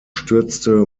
stürzte